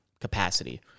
capacity